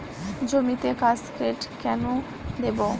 জমিতে কাসকেড কেন দেবো?